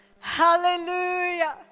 hallelujah